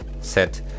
set